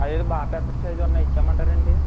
అదేదో బాగా పెద్ద సైజు ఉన్నాయి ఇచ్చేయ మంటారా అండి